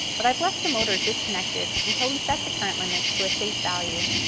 but i've left the motor disconnected until we set the current limit to a safe value.